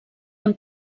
amb